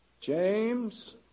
James